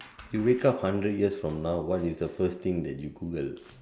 you wake up hundred years from now what is the first thing that you Google